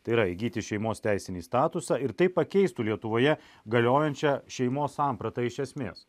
tai yra įgyti šeimos teisinį statusą ir tai pakeistų lietuvoje galiojančią šeimos sampratą iš esmės